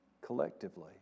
collectively